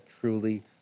truly